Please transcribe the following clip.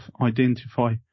identify